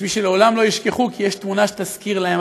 יש מי שלעולם לא ישכחו כי יש תמונה שתזכיר להם,